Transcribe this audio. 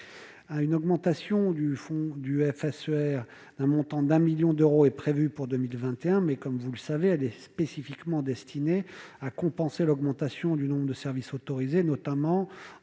locale (FSER), d'un montant de 1 million d'euros, est prévue pour 2021, mais, comme vous le savez, elle est spécifiquement destinée à compenser l'augmentation du nombre de services autorisés, notamment en radio